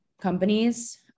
companies